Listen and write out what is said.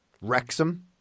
Wrexham